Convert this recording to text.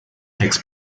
takes